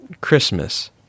Christmas